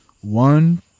One